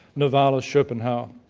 novalis, schopenhauer.